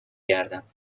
گردم